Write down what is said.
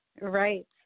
Right